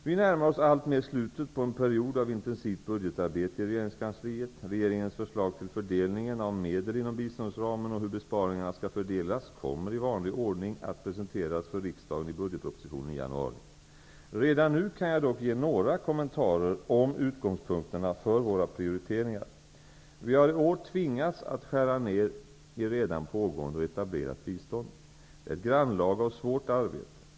Vi närmar oss alltmer slutet på en period av intensivt budgetarbete i regeringskansliet. Regeringens förslag till fördelningen av medel inom biståndsramen, och hur besparingarna skall fördelas, kommer i vanlig ordning att presenteras för riksdagen i budgetpropositionen i januari. Redan nu kan jag dock ge några kommentarer om utgångspunkterna för våra prioriteringar. Vi har i år tvingats att skära ned i redan pågående och etablerat bistånd. Det är ett grannlaga och svårt arbete.